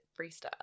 freestyle